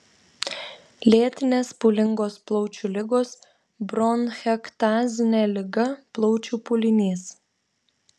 lėtinės pūlingos plaučių ligos bronchektazinė liga plaučių pūlinys